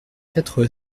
quatre